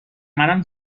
منم